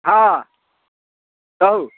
हँ कहु